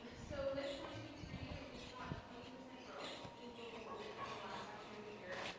um so with one-two-free, we saw a twenty percent growth in dual enrollment from the last academic year.